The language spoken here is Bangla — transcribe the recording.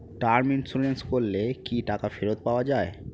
টার্ম ইন্সুরেন্স করলে কি টাকা ফেরত পাওয়া যায়?